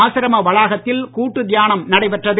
ஆசிரம வளாகத்தில் கூட்டு தியானம் நடைபெற்றது